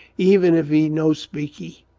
even if he no speakee.